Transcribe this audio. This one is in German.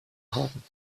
haben